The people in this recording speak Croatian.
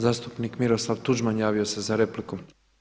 Zastupnik Miroslav Tuđman javio se za repliku.